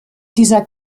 dieser